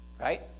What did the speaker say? Right